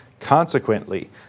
consequently